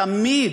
תמיד,